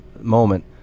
moment